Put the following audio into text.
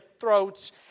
throats